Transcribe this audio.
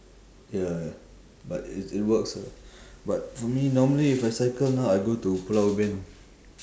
ya ya but it it works lah but for me normally if I cycle now I go to pulau ubin